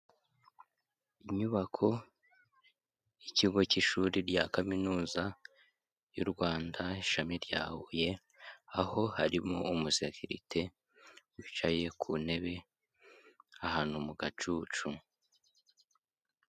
Inyubako y'ikigo cy'ishuri rya Kaminuza y'u Rwanda, ishami rya Huye, aho harimo umusekirite wicaye ku ntebe, ahantu mu gacucu.